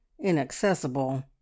inaccessible